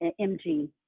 MG